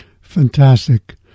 Fantastic